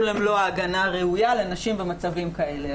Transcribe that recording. למלוא ההגנה הראויה לנשים במצבים כאלה.